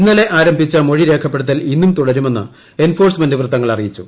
ഇന്നലെ ആരംഭിച്ച മൊഴി രേഖപ്പെടുത്തൽ ഇന്നും തുടരുമെന്ന് എൻഫോഴ്സ്മെന്റ് വൃത്തങ്ങൾ അറിയിച്ചു